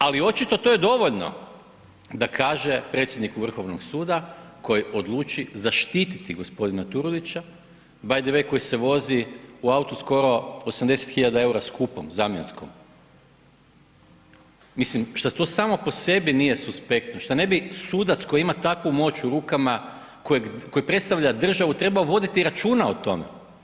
Ali očito to je dovoljno da kaže predsjednik Vrhovnog suda koji odluči zaštititi g. Turudića, btw. koji se vozi u autu skoro 80 000 eura skupom, zamjenskom, mislim šta to samo po sebi nije suspektno, šta ne bi sudac koji ima takvu moć u rukama, koji predstavlja državu, trebao vidjeti računa o tome?